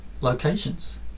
locations